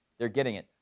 they're getting it.